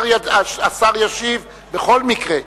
השר ישיב בכל מקרה.